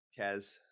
Kaz